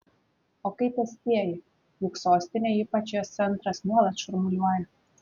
o kaip pėstieji juk sostinė ypač jos centras nuolat šurmuliuoja